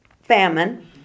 famine